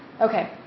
Okay